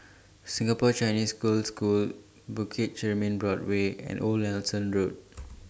Singapore Chinese Girls' School Bukit Chermin Boardwalk and Old Nelson Road